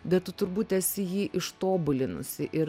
bet tu turbūt esi jį ištobulinusi ir